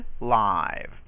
live